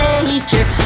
Nature